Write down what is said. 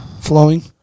flowing